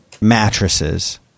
mattresses